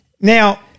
Now